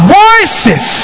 voices